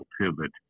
pivot